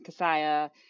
Kasaya